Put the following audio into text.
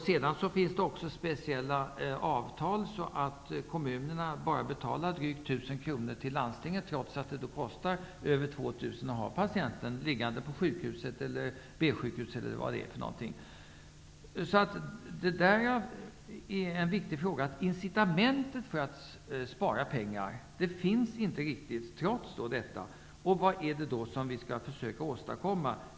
Det finns speciella avtal som innebär att kommunerna bara betalar drygt 1 000 kr till landstinget, trots att det kostar över 2 000 kr att ha patienten liggande på sjukhuset eller B-sjukhuset. Incitamentet för att spara pengar finns inte. Vad är det då vi skall försöka åstadkomma?